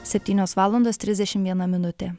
septynios valandos trisdešimt viena minutė